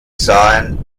sahen